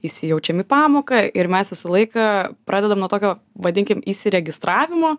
įsijaučiam į pamoką ir mes visą laiką pradedam nuo tokio vadinkim įsiregistravimo